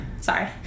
Sorry